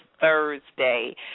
Thursday